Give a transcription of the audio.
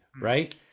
right